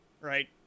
Right